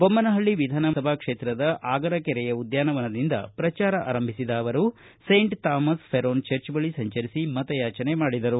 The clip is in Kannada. ಬೊಮ್ಮನಹಳ್ಳಿ ವಿಧಾನಸಭಾ ಕ್ಷೇತ್ರದ ಆಗರ ಕೆರೆಯ ಉದ್ಯಾನವನದಿಂದ ಪ್ರಚಾರ ಆರಂಭಿಸಿದ ಅವರು ಸೇಂಟ್ ಥಾಮಸ್ ಫೇರೋನ್ ಚರ್ಚ್ ಬಳಿ ಸಂಚರಿಸಿ ಮತಯಾಚನೆ ಮಾಡಿದರು